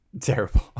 terrible